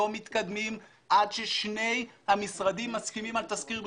לא מתקדמים עד ששני המשרדים מסכימים על תסקיר בריאותי.